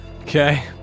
Okay